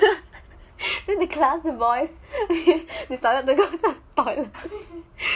then the class the boys they started to go toilet